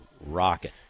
rocking